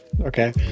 Okay